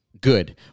good